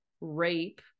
rape